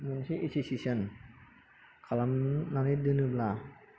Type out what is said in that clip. मोनसे एससिसेशन खालामनानै दोनोब्ला